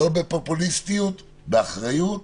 לא בפופוליסטיות, באחריות,